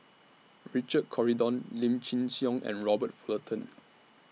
Richard Corridon Lim Chin Siong and Robert Fullerton